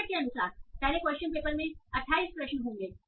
format के अनुसार पहले क्वेश्चन पेपर में 28 प्रश्न होंगे